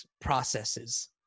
processes